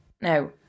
Now